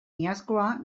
iazkoa